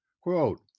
quote